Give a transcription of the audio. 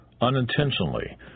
unintentionally